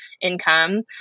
income